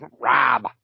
Rob